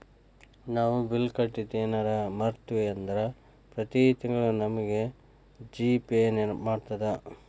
ನಾವು ಬಿಲ್ ಕಟ್ಟಿದ್ದು ಯೆನರ ಮರ್ತ್ವಿ ಅಂದ್ರ ಪ್ರತಿ ತಿಂಗ್ಳು ನಮಗ ಜಿ.ಪೇ ನೆನ್ಪ್ಮಾಡ್ತದ